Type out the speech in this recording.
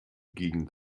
gegen